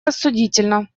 рассудительно